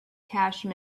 cache